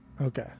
Okay